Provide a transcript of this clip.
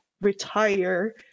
retire